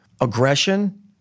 aggression